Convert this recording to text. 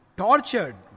tortured